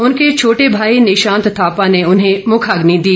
उनके छोटे भाई निशांत थापा ने उन्हें मुखाग्नि दी